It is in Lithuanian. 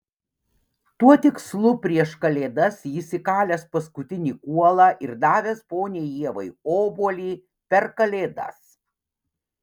tuo tikslu prieš kalėdas jis įkalęs paskutinį kuolą ir davęs poniai ievai obuolį per kalėdas